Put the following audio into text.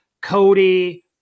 Cody